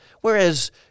Whereas